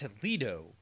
Toledo